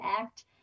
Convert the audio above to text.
act